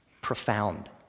profound